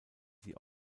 sie